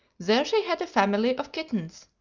there she had a family of kittens,